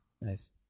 Nice